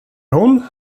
hon